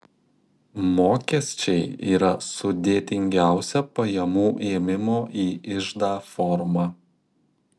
mokesčiai yra sudėtingiausia pajamų ėmimo į iždą forma